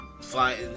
flying